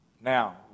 Now